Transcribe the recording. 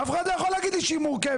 אף אחד לא יכול להגיד לי שהיא מורכבת,